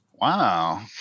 Wow